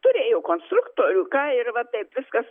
turėjo konstruktorių ką ir va taip viskas